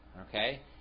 Okay